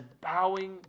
bowing